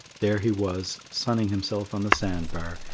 there he was, sunning himself on the sand-bar,